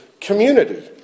community